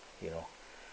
ya